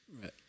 Right